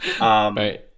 right